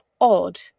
odd